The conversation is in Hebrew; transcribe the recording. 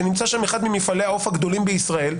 שנמצא שם אחד ממפעלי העוף הגדולים בישראל,